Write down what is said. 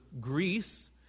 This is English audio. Greece